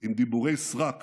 עם דיבורי סרק